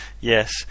Yes